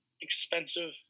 expensive